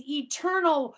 eternal